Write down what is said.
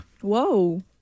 Whoa